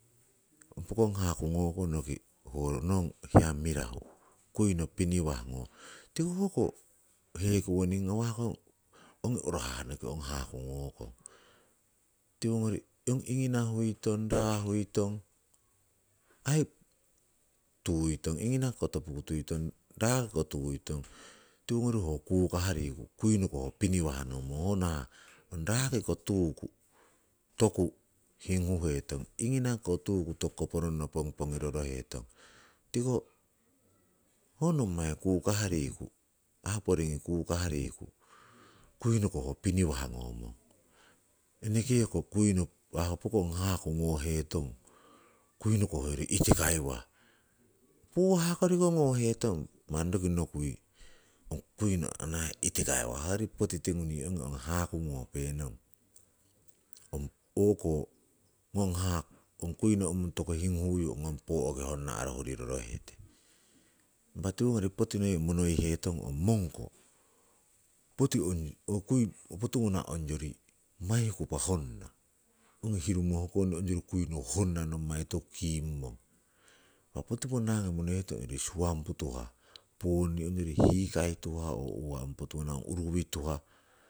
Pokong haku ngokonoki ho nong hiya mirahu kuino piniwah ho, tiko hoko hekowoning ngawah ko ongi orohah noki ong haku ngokon. Tiwongori ong ingina huitong, raa huiton aii tuuitong ingina kiko topu kukuitong, raa kiko tuitong. Tiwogori oh kukah riku, kuinoko honong piniwah nong nongmong, ho nahah, raa kiko tuku, toku hinguheton, inginakiko tuku toku koporonnoh pogipogiroroheton, tiko ho nommai kukah riku, hah oh poringi kukah riku kuinoko ho piniwah ngokong. Eneke ko ho pokong haku ngoheton kuinoko ho itikaiwah, puhah koriki yii ngoheton manni roki nokui ong kui manni itikaiwah hoyori poti nee ong haku ngopenong, ong o'ko ngong haku ong kuino omung toku hinghiyu ong ngong pooki hongna'ro hurirorohetong. Impa tiwongori poti noi monoihetong ong mongko, poti ong ho kui potuwana ongyori maikupa honnah, onyori hiru mohko onyori kui honna nommai toku kimmong. Impa poti ponnangi monoihetong ongyori suwampu tuhah, ponni ong hikai tuhah, oo uwa ong potuwana huruwii tuhah.